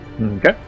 Okay